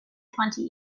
twenty